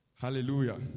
Hallelujah